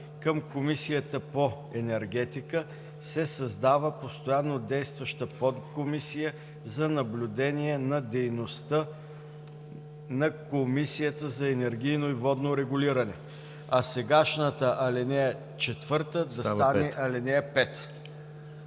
„Към Комисията по енергетика се създава постоянно действаща подкомисия за наблюдение на дейността на Комисията за енергийно и водно регулиране, а сегашната ал. 4 да стане ал.